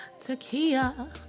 takia